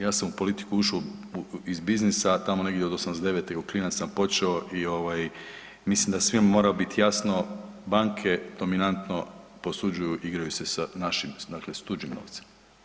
Ja sam u politiku ušao iz biznisa, tamo negdje od '89. kao klinac sam počeo i ovaj, mislim da svima mora biti jasno, banke dominantno posuđuju i igraju se sa našim, dakle s tuđim novcem.